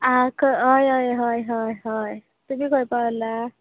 आ ख हय हय हय हय हय तुमी खंय पावला